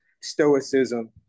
stoicism